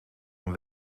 een